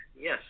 yes